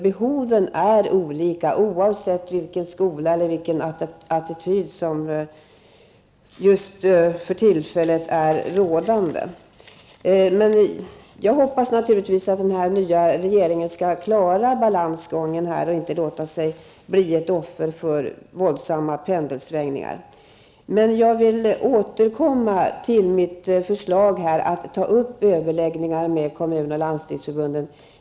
Behoven är olika, oavsett vilken skola eller vilken attityd som för tillfället är rådande. Men jag hoppas naturligtvis att den nya regeringen skall klara balansgången och inte bli ett offer för våldsamma pendelsvängningar. Jag vill återkomma till mitt förslag att ta upp överläggningar med kommun och landstingsförbunden.